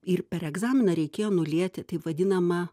ir per egzaminą reikėjo nulieti taip vadinama